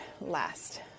last